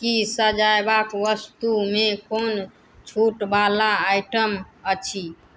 कि सजेबाक वस्तुमे कोन छूटवला आइटम अछि